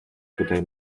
tutaj